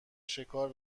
شکار